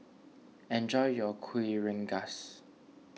enjoy your Kuih Rengas